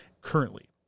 currently